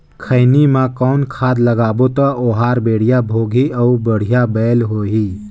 खैनी मा कौन खाद लगाबो ता ओहार बेडिया भोगही अउ बढ़िया बैल होही?